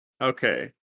Okay